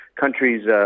countries